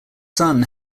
son